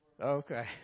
Okay